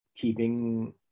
keeping